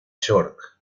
york